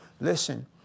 Listen